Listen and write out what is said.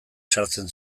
sartzen